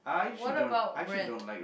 what about rent